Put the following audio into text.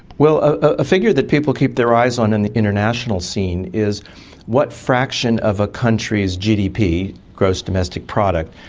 well, a figure that people keep their eyes on in the international scene is what fraction of a country's gdp, gross domestic product,